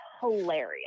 hilarious